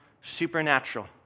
supernatural